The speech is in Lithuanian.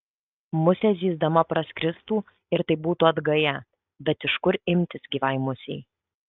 musė zyzdama praskristų ir tai būtų atgaja bet iš kur imtis gyvai musei